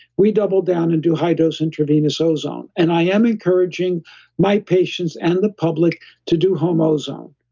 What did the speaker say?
we double down and do high dose intravenous ozone and i am encouraging my patients and the public to do home ozone.